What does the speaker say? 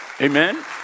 Amen